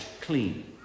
clean